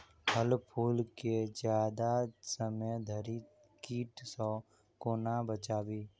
फल फुल केँ जियादा समय धरि कीट सऽ कोना बचाबी?